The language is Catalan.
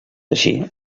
així